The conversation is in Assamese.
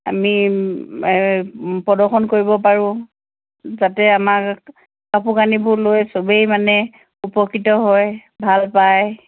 আমি প্ৰদৰ্শন কৰিব পাৰোঁ যাতে আমাক কাপোৰ কানিবোৰ লৈ চবেই মানে উপকৃত হয় ভাল পায়